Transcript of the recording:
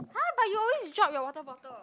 !huh! but you always drop your water bottle